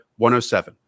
107